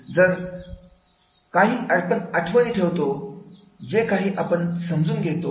तर जे काही आपण आठवणी ठेवतो जे काही आपण समजून घेतो